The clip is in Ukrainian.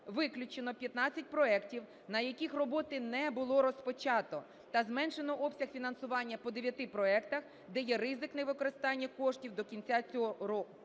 виключено 154 проектів, на яких роботи не було розпочато, та зменшено обсяг фінансування по дев'яти проектах, де є ризик невикористання коштів до кінця цього року.